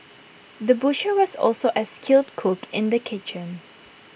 the butcher was also A skilled cook in the kitchen